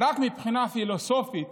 רק מבחינה פילוסופית